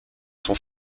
sont